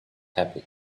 happy